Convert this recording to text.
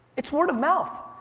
it's word of mouth!